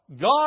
God